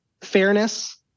fairness